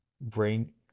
brain